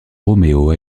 roméo